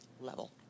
level